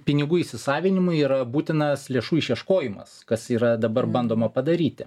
pinigų įsisavinimui yra būtinas lėšų išieškojimas kas yra dabar bandoma padaryti